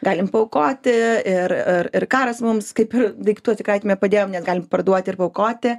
galim paaukoti ir ir ir karas mums kaip ir daiktų atsikratyme padėjo nes galim parduoti ir paaukoti